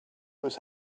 was